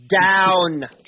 down